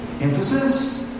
Emphasis